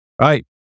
Right